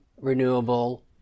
renewable